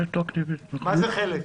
מה זה חלק?